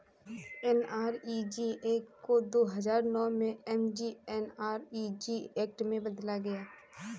NREGA को दो हजार नौ में एम.जी.एन.आर.इ.जी एक्ट में बदला गया